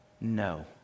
no